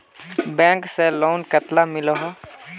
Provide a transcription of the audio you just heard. Bank से loan कतला मिलोहो?